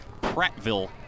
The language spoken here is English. Prattville